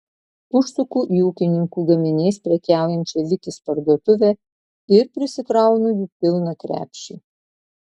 užsuku į ūkininkų gaminiais prekiaujančią vikis parduotuvę ir prisikraunu jų pilną krepšį